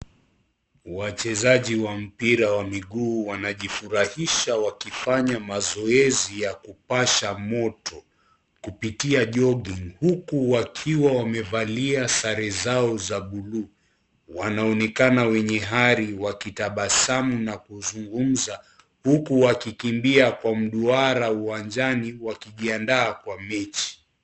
Wachezaji wa mpira wa miguu wanajifurahisha wakifanya mazoezi ya kupasha moto kupitia jogging huku wakiwa wamevalia sare zao za bulu wanaonekana wenye hari wakitabasamu na kuzungumza huku wakikimbia kwa mduara uwanjani wakijiandaa kwa mechi.